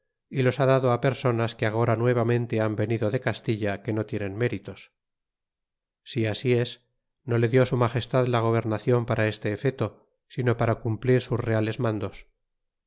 y los ha dado personas que agora nuevamente ball venido de castilla que no tienen méritos si asi es no le di su magestad la gobernacion para este efeto sino para cumplir sus reales mandos